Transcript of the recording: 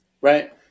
Right